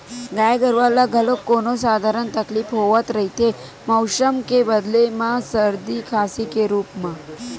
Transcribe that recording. गाय गरूवा ल घलोक कोनो सधारन तकलीफ होवत रहिथे मउसम के बदले म सरदी, खांसी के रुप म